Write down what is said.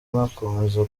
nakomeza